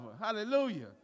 Hallelujah